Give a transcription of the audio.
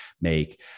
make